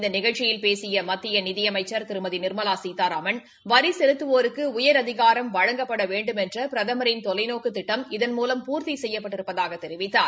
இந்த நிகழ்ச்சியில் பேசிய மத்திய நிதி அமைச்சர் திருமதி நிர்மலா சீதாராமன் வரி செலுத்துவோருக்கு உயரதிகாரம் வழங்கப்பட வேண்டுமென்ற பிரதமின் தொலைநோக்கு திட்டம் இதன்மூலம் பூர்த்தி செய்யப்பட்டிருப்பதாகத் தெரிவித்தார்